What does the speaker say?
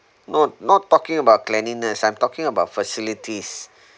no not talking about cleanliness I'm talking about facilities